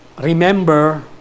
remember